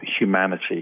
humanity